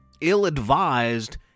ill-advised